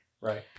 right